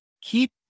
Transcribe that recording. keep